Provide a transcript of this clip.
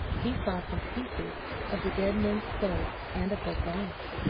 he saw some pieces of the dead men's clothes and of their bones.